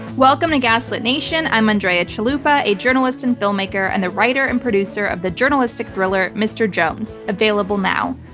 welcome to gaslit nation. i'm andrea chalupa, a journalist and filmmaker and the writer and producer of the journalistic thriller, mr. jones, available now.